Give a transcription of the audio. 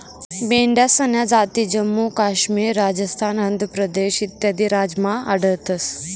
मेंढ्यासन्या जाती जम्मू काश्मीर, राजस्थान, आंध्र प्रदेश इत्यादी राज्यमा आढयतंस